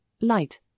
light